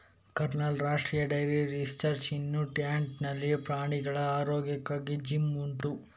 ಕರ್ನಾಲ್ನ ರಾಷ್ಟ್ರೀಯ dairy research institute ನಲ್ಲಿ ಪ್ರಾಣಿಗಳ ಆರೋಗ್ಯಕ್ಕಾಗಿ ಜಿಮ್ ಉಂಟು